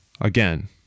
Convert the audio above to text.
Again